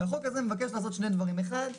החוק הזה מבקש לעשות שני דברים, האחד,